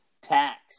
tax